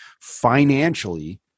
financially